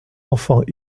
enfants